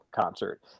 concert